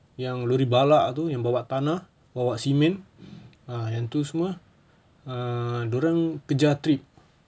yang lori balak itu yang bawa tanah bawa simen uh yang tu semua lah uh dia orang kerja trip